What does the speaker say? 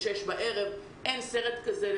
אין סרט כזה.